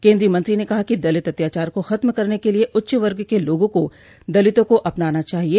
केन्द्रीय मंत्री ने कहा कि दलित अत्याचार को खत्म करने के लिये उच्च वर्ग के लोगों को दलितों को अपनाना चाहिये